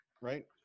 right